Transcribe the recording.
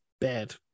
bad